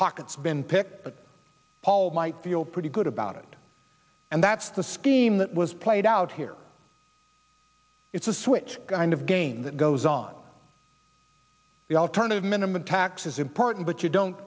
picked but paul might feel pretty good about it and that's the scheme that was played out here it's a switch kind of game that goes on the alternative minimum tax is important but you don't